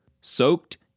soaked